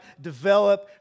develop